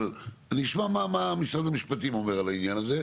אבל לשמוע מה משרד המפרטים אומר על העניין הזה.